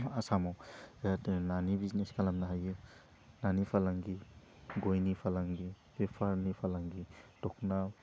आसामाव जाहाथे नानि बिजिनेस खालामनो हायो नानि फालांगि गइनि फालांगि बेफारनि फालांगि दख'ना